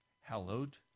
Hallowed